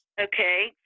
Okay